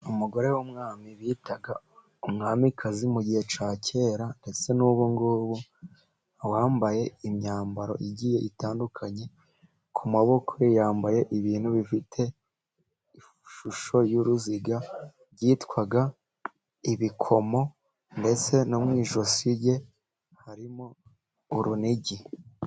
Umugore w'umwami bitaga umwamikazi mu gihe cya kera ndetse n'ubungubu wambaye imyambaro igiye itandukanye, ku maboko ye yambaye ibintu bifite ishusho y'uruziga byitwa ibikomo ndetse no mu ijosi rye harimo urunigi.